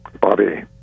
Bobby